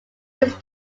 this